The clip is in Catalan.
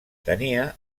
tenia